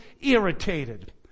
irritated